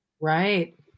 Right